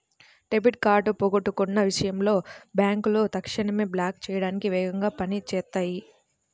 debit card పోగొట్టుకున్న విషయంలో బ్యేంకులు తక్షణమే బ్లాక్ చేయడానికి వేగంగా పని చేత్తాయి